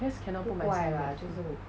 I just cannot put myself in that